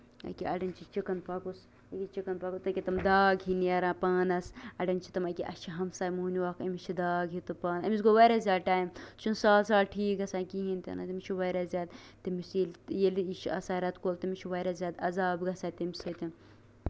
یہِ کیٛاہ اَڈین چھُ چِکَن پوٚکُس یہِ چِکَن پوٚکُس یہِ کیٛاہ تِم داگ ہِوۍ نیران پانَس اَڈین چھِ تٔمَے یہِ کیٛاہ اَسہِ چھُ ہَمساے مۅہنیٛوٗ اکھ أمِس چھِ داگ یہِ تہٕ پانَس أمِس گوٚو واریاہ زیادٕ ٹایِم یہِ چھُنہٕ سَہَل سَہل ٹھیٖک گژھان کِہیٖنٛۍ تہِ نہٕ تٔمِس چھُ واریاہ زیادٕ تٔمِس ییٚلہِ ییٚلہِ یہِ چھُ آسان ریٚتہٕ کول تٔمِس چھُ واریاہ زیادٕ عذاب گژھان تَمہِ سۭتۍ